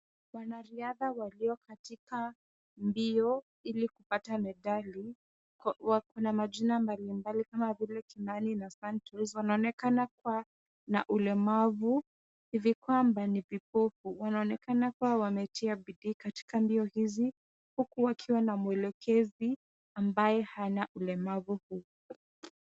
Wanariadha walio katika mbio ili kupata medali wako na majina mbalimbali kama vile Kimani na Santos wanaonekana kuwa na ulemavu hivi kwamba ni vipofu. Wanaonekana kuwa wametia bidii katika mbio hizi huku wakiwa na mwelekezi ambaye hana ulemavu huu.